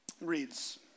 reads